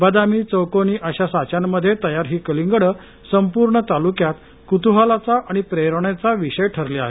बदामी चौकोनी अशा साच्यांमध्ये तयार ही कलिंगडं संपूर्ण तालुक्यात कुतुहलाचा आणि प्रेरणेचा विषय ठरली आहेत